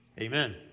Amen